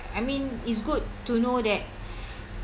I mean it's good to know that